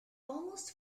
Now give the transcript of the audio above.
almost